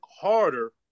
harder